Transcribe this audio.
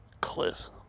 Cliff